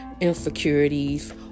insecurities